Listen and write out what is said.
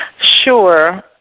Sure